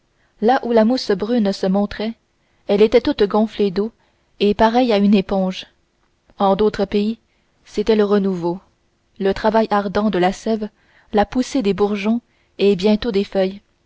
là où la mousse brune se montrait elle était toute gonflée d'eau et pareille à une éponge en d'autres pays c'était le renouveau le travail ardent de la sève la poussée des bourgeons et bientôt des feuilles